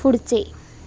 पुढचे